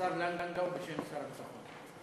השר לנדאו בשם שר הביטחון.